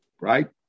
right